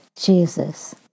Jesus